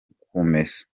kumesa